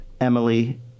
Emily